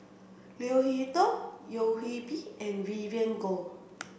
Leo Hee Tong Yeo Hwee Bin and Vivien Goh